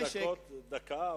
לא הרבה דקות, דקה.